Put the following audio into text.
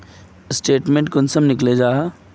Statement कुंसम निकले जाहा?